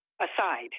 aside